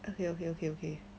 okay okay okay okay it's